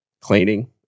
Cleaning